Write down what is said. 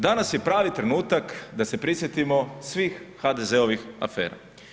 Danas je pravi trenutak da se prisjetimo svih HDZ-ovim afera.